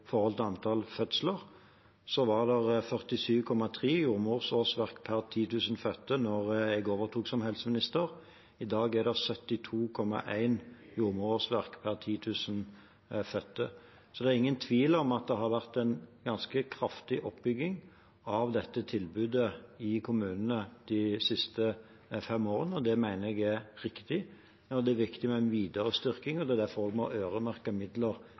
forhold til antall fødsler, var det 47,3 jordmorårsverk per 10 000 fødte da jeg overtok som helseminister. I dag er det 72,1 jordmorårsverk per 10 000 fødte. Det er ingen tvil om at det har vært en ganske kraftig oppbygging av dette tilbudet i kommunene de siste fem årene. Det mener jeg er riktig, og det er viktig med en videre styrking, og det er derfor vi må øremerke midler